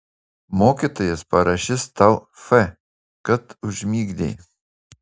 mokytojas parašys tau f kad užmigdei